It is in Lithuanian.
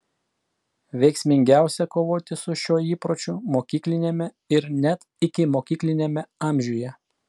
veiksmingiausia kovoti su šiuo įpročiu mokykliniame ir net ikimokykliniame amžiuje